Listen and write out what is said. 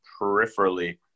peripherally